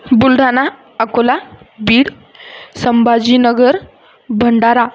Buldhana Akola Beed Sambhajinagar Bhandara